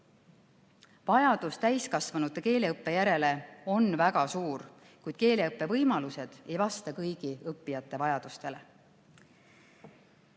Vajadus täiskasvanute keeleõppe järele on väga suur, kuid keeleõppe võimalused ei vasta kõigi õppijate vajadustele.